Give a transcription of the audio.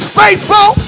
faithful